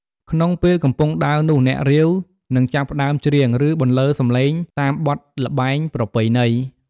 ក្នុងពេលកំពុងដើរនោះ អ្នករាវ នឹង ចាប់ផ្តើមច្រៀង ឬបន្លឺសំឡេង តាមបទល្បែងប្រពៃណី។